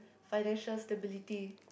financial stability